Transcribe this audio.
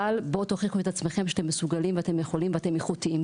אבל בואו תוכיחו את עצמכם שאתם מסוגלים ואתם יכולים ואתם איכותיים.